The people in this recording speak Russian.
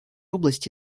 области